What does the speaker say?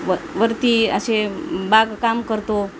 व वरती असे बागकाम करतो